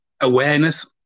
awareness